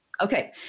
Okay